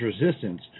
resistance